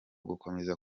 gukomeza